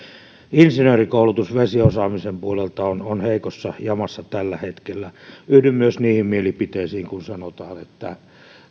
insinöörikoulutus vesiosaamisen puolella on heikossa jamassa tällä hetkellä yhdyn myös niihin mielipiteisiin kun sanotaan että